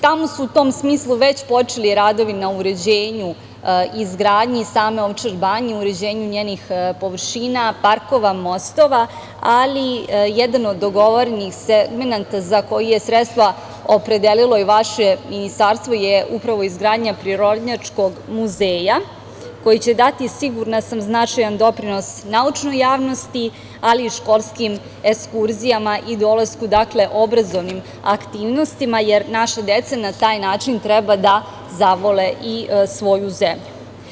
Tamo su u tom smislu već počeli radovi na uređenju izgradnji same Ovčar banje, uređenju njenih površina, parkova, mostova, ali jedan od dogovorenih segmenata za koje je sredstva opredelilo i vaše ministarstvo je upravo izgradnja Prirodnjačkog muzeja koji će dati sigurna sam značajan doprinos naučnoj javnosti ali i školskim ekskurzijama i dolasku obrazovnim aktivnostima, jer naša deca na taj način treba da zavole i svoju zemlju.